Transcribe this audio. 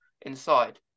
inside